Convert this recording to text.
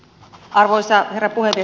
arvoisa herra puhemies